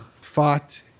fought